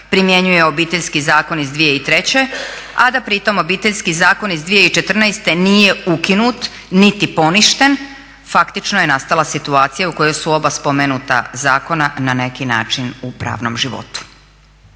primjenjuje Obiteljski zakon iz 2003., a da pritom Obiteljski zakon iz 2014. nije ukinut niti poništen. Faktično je nastala situacija u kojoj su oba spomenuta zakona na neki način u pravnom životu.